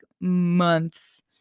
months